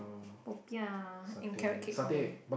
popiah and carrot cake for me